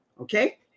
Okay